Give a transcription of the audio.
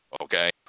okay